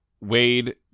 Wade